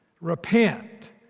repent